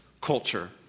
culture